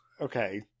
okay